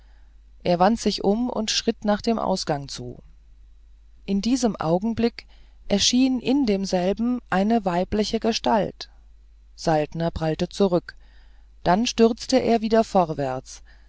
er wandte sich um und schritt nach dem ausgang zu in diesem augenblick erschien in demselben eine weibliche gestalt saltner prallte zurück dann stürzte er wieder vorwärts